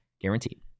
guaranteed